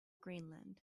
greenland